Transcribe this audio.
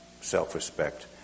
self-respect